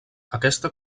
aquesta